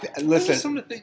Listen